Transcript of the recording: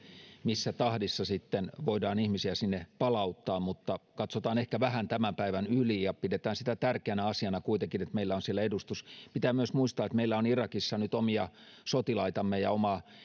missä tahdissa voidaan ihmisiä sinne palauttaa mutta katsotaan ehkä vähän tämän päivän yli ja pidetään sitä tärkeänä asiana kuitenkin että meillä on siellä edustus pitää myös muistaa että meillä on irakissa nyt omia sotilaitamme ja omaa